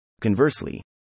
Conversely